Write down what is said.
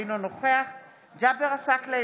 אינו נוכח ג'אבר עסאקלה,